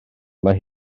mae